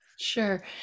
Sure